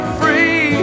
free